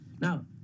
Now